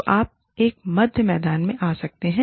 तो आप एक मध्य मैदान में आ सकते हैं